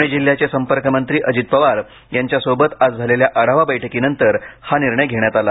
पुणे जिल्ह्याचे संपर्कमंत्री अजित पवार यांच्यासोबत आज झालेल्या आढावा बैठकीनंतर हा निर्णय घेण्यात आला